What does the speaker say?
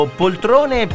poltrone